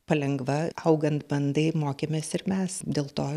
palengva augant bandai mokėmės ir mes dėl to